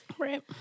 Right